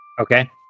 Okay